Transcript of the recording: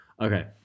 Okay